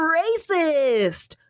racist